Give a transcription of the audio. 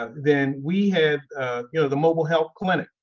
then we had you know the mobile health clinic.